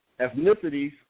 ethnicities